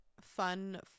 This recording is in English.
fun